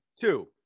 Two